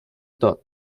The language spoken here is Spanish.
todd